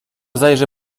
zajrzę